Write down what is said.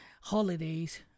holidays